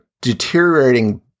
deteriorating